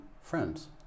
friends